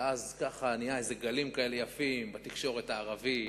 ואז נהיו גלים כאלה יפים בתקשורת הערבית,